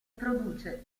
produce